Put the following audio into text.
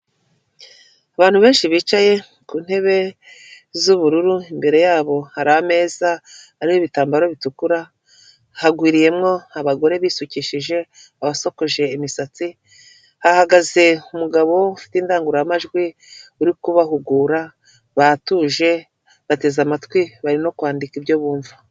Abantu benshi bicaye ku ntebe z'ubururu imbere yabo hari ameza ariho ibitambaro bitukura, hagwiriyemo abagore bisukishije, abasokoje imisatsi, hahagaze umugabo ufite indangururamajwi uri kubahugura, batuje bateze amatwi barimo kwandika ibyo bumva.